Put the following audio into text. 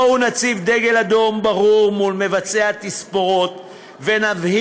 בואו נציב דגל אדום ברור מול מבצעי התספורות ונבהיר